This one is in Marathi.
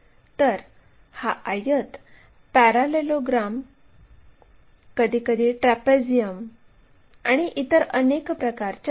तर ही उभ्या प्लेनमधील प्रोजेक्ट केलेली खरी लांबी आहे